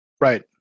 right